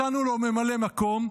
מצאנו לו ממלא מקום,